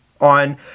on